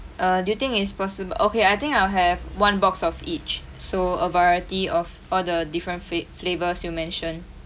err do you think it's possible okay I think I'll have one box of each so a variety of all the different fla~ flavours you mentioned